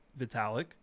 Vitalik